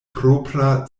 propra